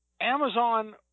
Amazon